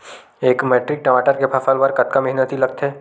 एक मैट्रिक टमाटर के फसल बर कतका मेहनती लगथे?